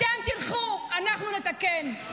אתם תלכו, אנחנו נתקן.